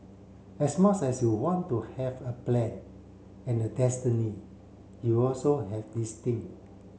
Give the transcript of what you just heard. as much as you want to have a plan and a destiny you also have this thing